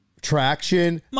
traction